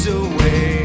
away